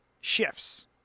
shifts